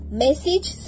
message